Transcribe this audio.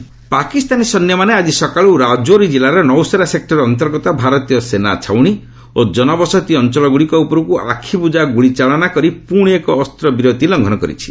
JK ceasefire Pakistani ସୈନ୍ୟମାନେ ଆଜି ସକାଳୁ ରାଜୌରୀ ଜିଲ୍ଲାର ନୌସେରା ସେକ୍ଟର ଅନ୍ତର୍ଗତ ଭାରତୀୟ ସେନା ଛାଉଣୀ ଓ ଜନବସତି ଅଞ୍ଚଳଗୁଡ଼ିକ ଉପରକୁ ଆଖିବୁଜା ଗୁଳିଚାଳନା କରି ପୁଣି ଏକ ଅସ୍ତ୍ରବିରତି ଲଙ୍ଘନ କରିଛି